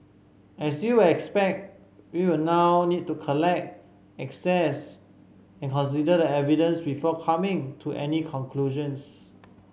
as you will expect we will now need to collect assess and consider the evidence before coming to any conclusions